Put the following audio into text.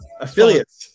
Affiliates